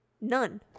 None